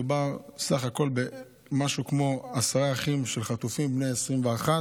מדובר בסך הכול במשהו כמו עשרה אחים של חטופים בני 21,